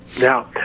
Now